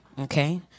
Okay